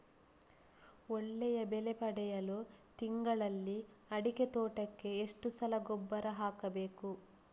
ಒಳ್ಳೆಯ ಬೆಲೆ ಪಡೆಯಲು ತಿಂಗಳಲ್ಲಿ ಅಡಿಕೆ ತೋಟಕ್ಕೆ ಎಷ್ಟು ಸಲ ಗೊಬ್ಬರ ಹಾಕಬೇಕು?